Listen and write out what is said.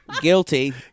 Guilty